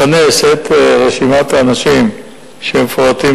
לכנס את האנשים ברשימה שמפורטת,